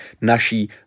naší